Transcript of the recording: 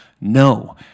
No